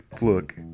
look